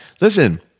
listen